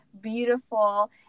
beautiful